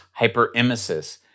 hyperemesis